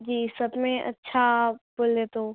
جی سب میں اچھا بولے تو